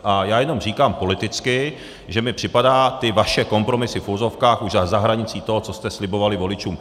A já jenom říkám politicky, že mi připadají ty vaše kompromisy v uvozovkách už za hranicí toho, co jste slibovali voličům.